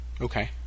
Okay